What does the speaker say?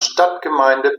stadtgemeinde